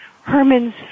Herman's